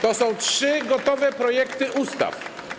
To są trzy gotowe projekty ustaw.